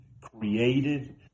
created